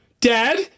dad